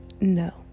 No